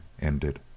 ended